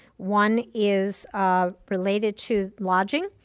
one is ah related to lodging.